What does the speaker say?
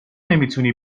نمیتونی